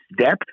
depth